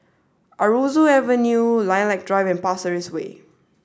Aroozoo Avenue Lilac Drive and Pasir Ris Way